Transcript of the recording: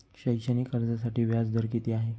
शैक्षणिक कर्जासाठी व्याज दर किती आहे?